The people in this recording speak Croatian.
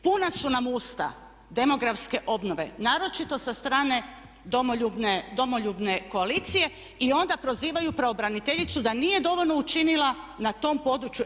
Puna su nam usta demografske obnove, naročito sa strane Domoljubne koalicije i onda prozivaju pravobraniteljicu da nije dovoljno učinila na tom području.